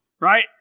right